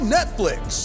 Netflix